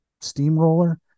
steamroller